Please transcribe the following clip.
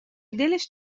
دلش